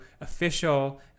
official